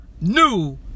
new